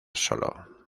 solo